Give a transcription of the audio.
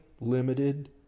limited